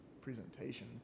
presentation